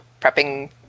prepping